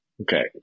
Okay